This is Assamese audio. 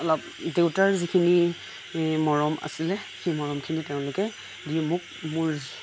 অলপ দেউতাৰ যিখিনি মৰম আছিলে সেই মৰমখিনি তেওঁলোকে দি মোক মোৰ